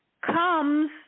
comes